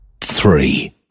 Three